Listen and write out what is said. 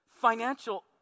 financial